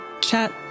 chat